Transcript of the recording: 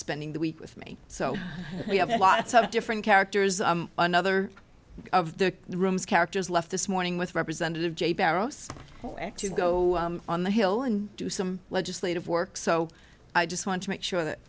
spending the week with me so we have lots of different characters and another of the rooms characters left this morning with representative jay barrows to go on the hill and do some legislative work so i just want to make sure that